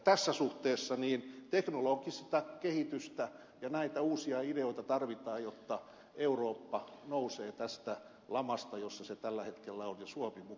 tässä suhteessa teknologista kehitystä ja näitä uusia ideoita tarvitaan jotta eurooppa nousee tästä lamasta jossa se tällä hetkellä on ja suomi mukana